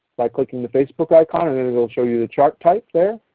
by clicking the facebook icon and it it will show you the chart type there.